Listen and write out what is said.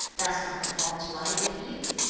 does not the fault lie with you?